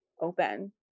open